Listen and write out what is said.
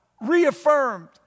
reaffirmed